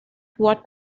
what